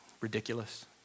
ridiculous